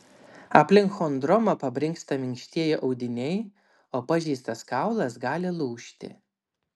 aplink chondromą pabrinksta minkštieji audiniai o pažeistas kaulas gali lūžti